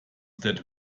that